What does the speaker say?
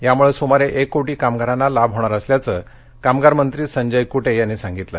यामुळे सुमारे एक कोटी कामगारांना लाभ होणार असल्याचं कामगार मंत्री संजय कुटे यांनी सांगितलं